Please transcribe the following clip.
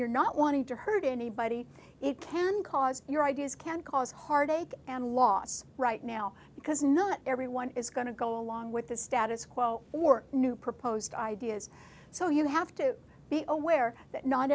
you're not wanting to hurt anybody it can cause your ideas can cause heartache and loss right now because not everyone is going to go along with the status quo or new proposed ideas so you have to be aware that not